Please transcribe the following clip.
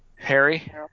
Harry